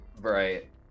Right